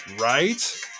right